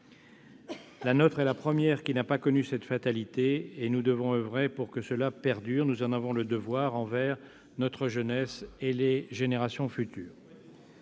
La nôtre est la première qui n'a pas connu cette fatalité, et nous devons oeuvrer pour que cela perdure. Nous en avons le devoir envers notre jeunesse et les générations futures.